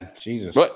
Jesus